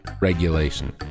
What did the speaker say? regulation